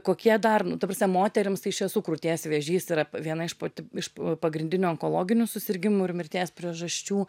kokie dar nu ta prasme moterims tai iš tiesų krūties vėžys yra viena iš pat iš pagrindinių onkologinių susirgimų ir mirties priežasčių